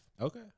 Okay